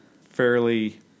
fairly